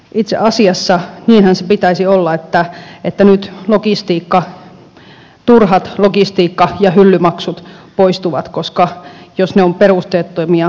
itse asiassa niinhän sen pitäisi olla että nyt turhat logistiikka ja hyllymaksut poistuvat koska jos ne ovat perusteettomia niitähän ei saa kerätä